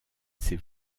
c’est